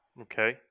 Okay